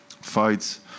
fights